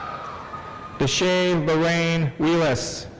deshay lorraine wheeless.